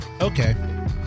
Okay